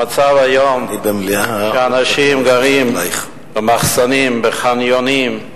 המצב היום הוא שאנשים גרים במחסנים, בחניונים.